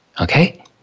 Okay